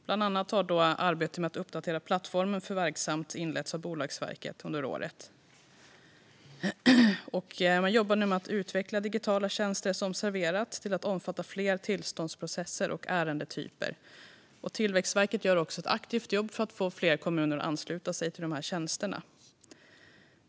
Bland annat har ett arbete med att uppdatera plattformen för verksamt.se inletts av Bolagsverket under året. Man jobbar nu med att utveckla digitala tjänster, som Serverat, till att omfatta fler tillståndsprocesser och ärendetyper. Tillväxtverket gör ett aktivt jobb för att få fler kommuner att ansluta sig till de här tjänsterna.